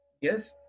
Yes